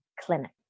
Clinic